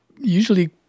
usually